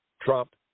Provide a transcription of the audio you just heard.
Trump